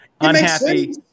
unhappy –